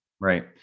Right